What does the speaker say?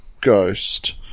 ghost